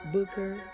Booker